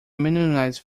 minimize